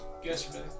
Yesterday